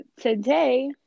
today